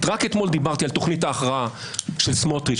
רק אתמול דיברתי על תוכנית ההכרעה של סמוטריץ,